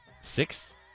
six